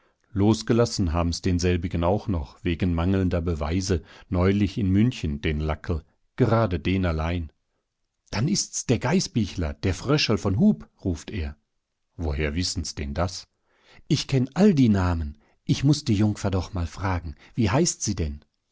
losgelassen haben's denselbigen auch noch wegen mangelnder beweise neulich in münchen den lackl gerade den allein dann ist's der gaisbichler der fröschel von hub ruft er woher wissen's denn das ich kenn all die namen ich muß die jungfer doch mal fragen wie heißt sie denn